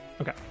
Okay